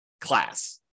class